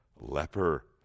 leper